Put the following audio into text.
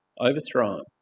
overthrown